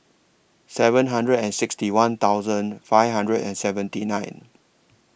seven hundred and sixty one thousand five hundred and seventy nine